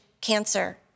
cancer